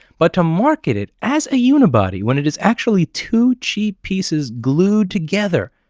but to market it as a unibody when it is actually two cheap pieces glued together,